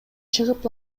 чыгып